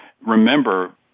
Remember